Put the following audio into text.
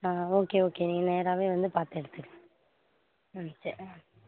ஆ okay okay நீங்கள் நேராகவே வந்து பார்த்து எடுத்துக்கோங்க ம் சரி ஆ